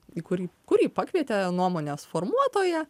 į kurį kurį pakvietė nuomonės formuotoja